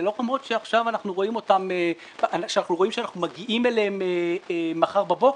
זה לא רמות שאנחנו רואים שאנחנו מגיעים אליהם מחר בבוקר,